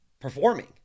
performing